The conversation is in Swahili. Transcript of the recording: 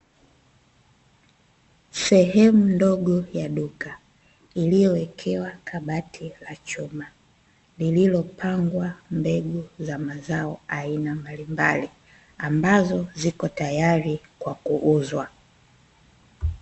Sehemu ndogo ya duka iliyowekewa kabati la chuma, lililopangwa mbegu za mazao aina mbalimbali, ambazo ziko tayari kwa kuuzwa.